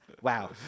Wow